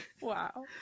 Wow